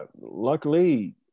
Luckily